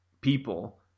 people